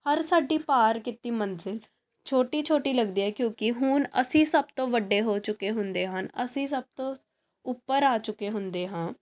ਹਰ ਸਾਡੀ ਪਾਰ ਕੀਤੀ ਮੰਜਿਲ ਛੋਟੀ ਛੋਟੀ ਲੱਗਦੀ ਹੈ ਕਿਉਂਕਿ ਹੁਣ ਅਸੀਂ ਸਭ ਤੋਂ ਵੱਡੇ ਹੋ ਚੁੱਕੇ ਹੁੰਦੇ ਹਨ ਅਸੀਂ ਸਭ ਤੋਂ ਉੱਪਰ ਆ ਚੁੱਕੇ ਹੁੰਦੇ ਹਾਂ